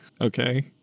okay